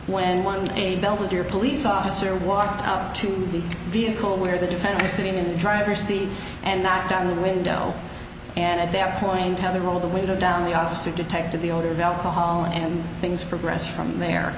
when one a belvedere police officer walked up to the vehicle where the defender sitting in the driver's seat and knocked on the window and at their point of the roll of the window down the officer detective the order of alcohol and things progressed from there